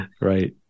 Right